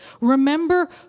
Remember